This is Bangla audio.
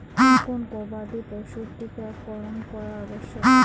কোন কোন গবাদি পশুর টীকা করন করা আবশ্যক?